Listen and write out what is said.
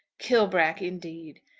kilbrack indeed!